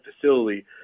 facility